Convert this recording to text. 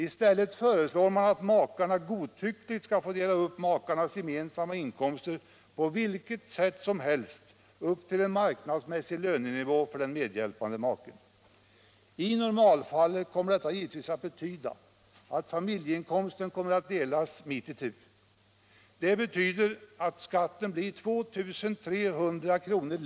I stället föreslår man att makarna godtyckligt skall få dela upp makarnas gemensamma inkomster på vilket sätt som helst upp till en marknadsmässig lönenivå för den medhjälpande maken. I normalfallet kommer detta givetvis att betyda att familjeinkomsten kommer att delas mitt itu. Det betyder att skatten blir 2 300 kr.